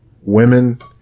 women